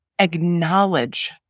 acknowledge